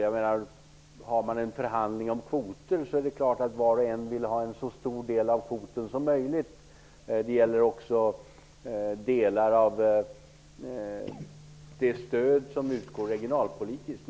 Om man förhandlar om kvoter är det klart att var och en vill ha en så stor del av kvoten som möjligt. Det gäller också delar av det stöd som utgår regionalpolitiskt.